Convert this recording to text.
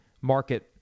market